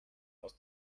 aus